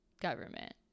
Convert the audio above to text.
government